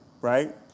right